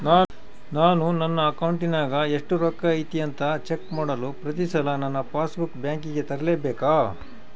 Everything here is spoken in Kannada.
ನಾನು ನನ್ನ ಅಕೌಂಟಿನಾಗ ಎಷ್ಟು ರೊಕ್ಕ ಐತಿ ಅಂತಾ ಚೆಕ್ ಮಾಡಲು ಪ್ರತಿ ಸಲ ನನ್ನ ಪಾಸ್ ಬುಕ್ ಬ್ಯಾಂಕಿಗೆ ತರಲೆಬೇಕಾ?